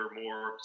more